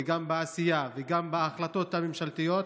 גם בעשייה וגם בהחלטות הממשלתיות,